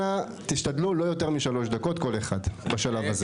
אנא תשתדלו לא יותר משלוש דקות כל אחד בשלב הזה.